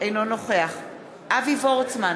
אינו נוכח אבי וורצמן,